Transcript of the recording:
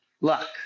luck